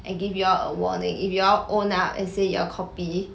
I give you all a warning if you all own up and say you all copy